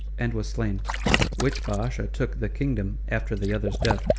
and was slain which baasha took the kingdom after the other's death,